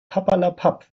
papperlapapp